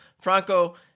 Franco